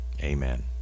Amen